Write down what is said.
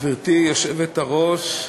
גברתי היושבת-ראש,